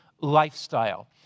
lifestyle